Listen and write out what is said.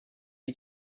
you